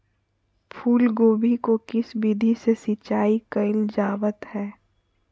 फूलगोभी को किस विधि से सिंचाई कईल जावत हैं?